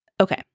Okay